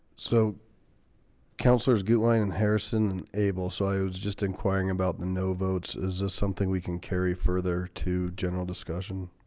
so counselors get wine in harrison abel sods just inquiring about the no votes. is this something we can carry further to general discussion?